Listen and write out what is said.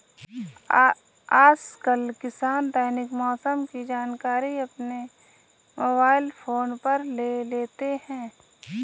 आजकल किसान दैनिक मौसम की जानकारी अपने मोबाइल फोन पर ले लेते हैं